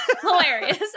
hilarious